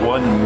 One